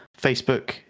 Facebook